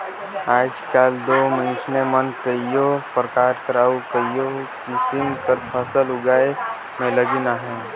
आएज काएल दो मइनसे मन कइयो परकार कर अउ कइयो किसिम कर फसिल उगाए में लगिन अहें